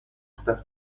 step